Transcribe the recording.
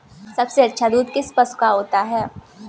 सबसे अच्छा दूध किस पशु का होता है?